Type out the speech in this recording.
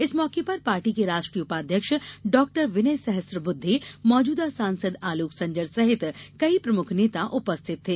इस मौके पर पार्टी के राष्ट्रीय उपाध्यक्ष डाक्टर विनय सहस्त्रबुद्दे मौजूदा सांसद आलोक संजर सहित कई प्रमुख नेता उपस्थित थे